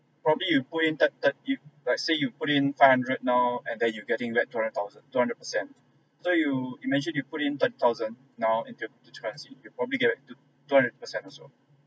probably you put in ten~ ten~ if let's say you put in five hundred now and then you getting back twenty thousand two hundred percent so you imagine you put in thirty thousand now into cryptocurrency you probably get back two two hundred percent also